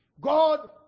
God